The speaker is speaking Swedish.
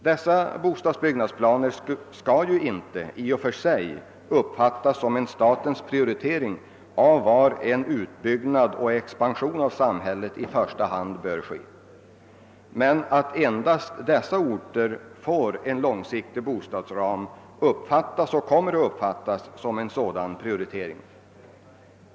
Dessa bostadsbyggnadsplaner skall inte i och för sig uppfattas som en statens prioritering av var en utbyggnad och expansion av samhället i första hand bör ske. Men att endast de större orterna får en långsiktig bostadsram uppfattas och kommer att uppfattas som en sådan prioritering.